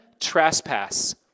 trespass